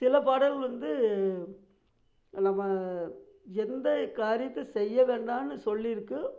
சில பாடல்கள் வந்து நம்ம எந்த காரியத்தை செய்ய வேண்டாம்னு சொல்லியிருக்கு